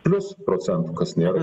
plius procentų kas nėra